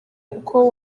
kuko